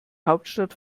hauptstadt